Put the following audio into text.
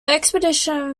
expedition